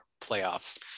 playoff